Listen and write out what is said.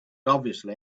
obviously